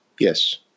Yes